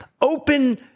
open